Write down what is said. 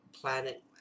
planet